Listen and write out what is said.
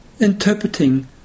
interpreting